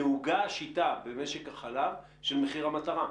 נהוגה במשק החלב השיטה של מחיר המטרה.